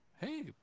hey